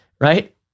right